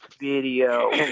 video